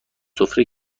سفره